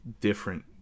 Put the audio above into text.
different